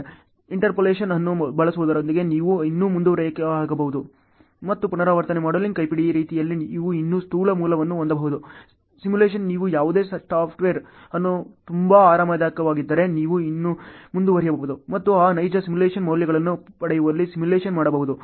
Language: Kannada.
ಇಂಟರ್ಪೋಲೇಷನ್ ಅನ್ನು ಬಳಸುವುದರೊಂದಿಗೆ ನೀವು ಇನ್ನೂ ಮುಂದುವರಿಯಬಹುದು ಮತ್ತು ಪುನರಾವರ್ತನೆ ಮಾಡೆಲಿಂಗ್ ಕೈಪಿಡಿ ರೀತಿಯಲ್ಲಿ ನೀವು ಇನ್ನೂ ಸ್ಥೂಲ ಮೌಲ್ಯವನ್ನು ಹೊಂದಬಹುದು ಸಿಮ್ಯುಲೇಶನ್ ನೀವು ಯಾವುದೇ ಸಾಫ್ಟ್ವೇರ್ ಅನ್ನು ತುಂಬಾ ಆರಾಮದಾಯಕವಾಗಿದ್ದರೆ ನೀವು ಇನ್ನೂ ಮುಂದುವರಿಯಬಹುದು ಮತ್ತು ಆ ನೈಜ ಸಿಮ್ಯುಲೇಶನ್ ಮೌಲ್ಯಗಳನ್ನು ಪಡೆಯುವಲ್ಲಿ ಸಿಮ್ಯುಲೇಶನ್ ಮಾಡಬಹುದು